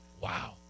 Wow